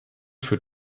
für